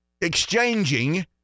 exchanging